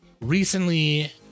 recently